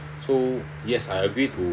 so yes I agree to